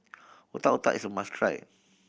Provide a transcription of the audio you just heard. Otak Otak is a must try